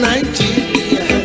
Nigeria